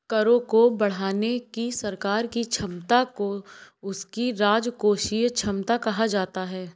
करों को बढ़ाने की सरकार की क्षमता को उसकी राजकोषीय क्षमता कहा जाता है